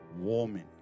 warming